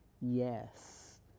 Yes